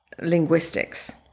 linguistics